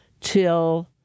till